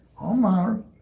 Omar